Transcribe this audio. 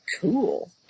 cool